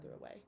away